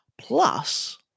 Plus